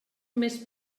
més